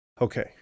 Okay